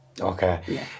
Okay